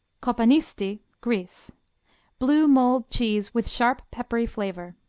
kopanisti greece blue-mold cheese with sharp, peppery flavor.